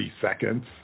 seconds